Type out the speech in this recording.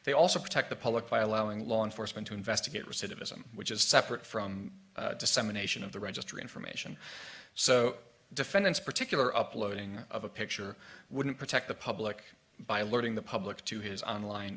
they also protect the public by allowing law enforcement to investigate recidivism which is separate from dissemination of the registry information so defendant's particular uploading of a picture wouldn't protect the public by alerting the public to his online